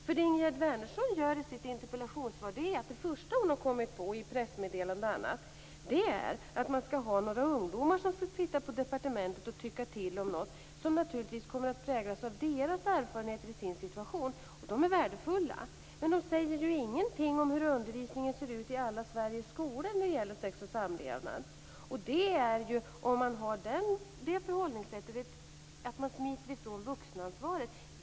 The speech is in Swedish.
Det som Ingegerd Wärnersson säger i sitt interpellationssvar är att det första som hon har kommit på - som framgår av pressmeddelanden och annat - är att man skall ha några ungdomar som skall sitta på departementet och tycka till om något som naturligtvis kommer att präglas av deras erfarenheter i den egna situationen. De är värdefulla, men de säger ju ingenting om hur undervisningen ser ut i alla Sveriges skolor när det gäller sex och samlevnad. Om man har det förhållningssättet smiter man ifrån vuxenansvaret.